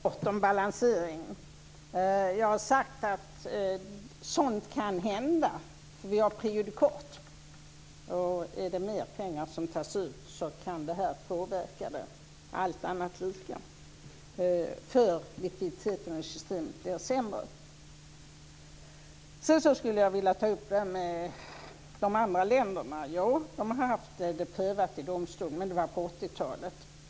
Herr talman! Jag ska kort säga något om balansering. Jag har sagt att sådant kan hända, eftersom vi har prejudikat. Är det mer pengar som tas ut kan det påverka, allt annat lika, eftersom likviditeten i systemet blir sämre. Sedan skulle jag vilja ta upp frågan om de andra länderna. De har haft frågan prövad i domstol, men det var på 80-talet.